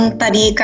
tadi